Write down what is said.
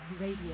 radio